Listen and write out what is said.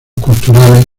culturales